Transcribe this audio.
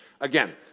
Again